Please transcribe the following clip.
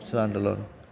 आबसु आन्द'लन